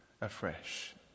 afresh